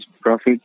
profit